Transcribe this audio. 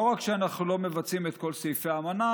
לא רק שאנחנו לא מבצעים את כל סעיפי האמנה,